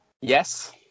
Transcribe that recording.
yes